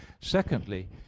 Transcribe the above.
secondly